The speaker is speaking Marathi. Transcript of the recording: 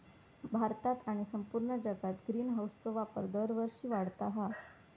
भारतात आणि संपूर्ण जगात ग्रीनहाऊसचो वापर दरवर्षी वाढता हा